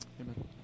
Amen